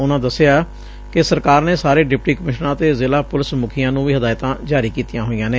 ਉਨਾਂ ਦਸਿਆ ਕਿ ਸਰਕਾਰ ਨੇ ਸਾਰੇ ਡਿਪਟੀ ਕਮਿਸ਼ਨਰਾਂ ਅਤੇ ਜ਼ਿਲ੍ਹਾ ਪੁਲਿਸ ਮੁਖੀਆਂ ਨੂੰ ਵੀ ਹਦਾਇਤਾਂ ਜਾਰੀ ਕੀਤੀਆਂ ਹੋਈਆਂ ਨੇ